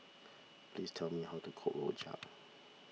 please tell me how to cook Rojak